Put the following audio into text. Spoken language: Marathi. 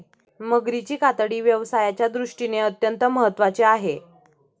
मगरीची कातडी व्यवसायाच्या दृष्टीने अत्यंत महत्त्वाची आहे